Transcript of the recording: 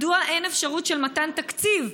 מדוע אין אפשרות של מתן תקציב,